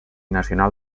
nacional